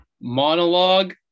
Monologue